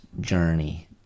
journey